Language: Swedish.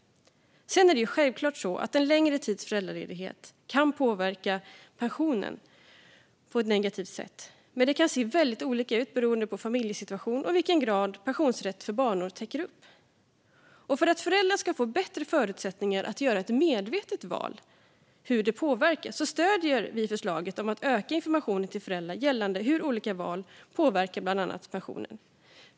Det är självklart att en längre tids föräldraledighet kan påverka pensionen på ett negativt sätt. Men det kan se väldigt olika ut beroende på familjesituation och i vilken grad pensionsrätt för barnår täcker upp. För att föräldrar ska få bättre förutsättningar att göra ett medvetet val stöder vi förslaget om att öka informationen till föräldrar gällande hur olika val påverkar pensionen.